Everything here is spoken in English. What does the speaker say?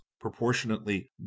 proportionately